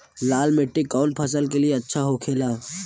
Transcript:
लाल मिट्टी कौन फसल के लिए अच्छा होखे ला?